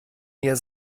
mir